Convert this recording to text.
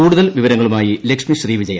കൂടുതൽ വിവരങ്ങളുമായി ലക്ഷ്മി ശ്രീവിജയ